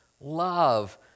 love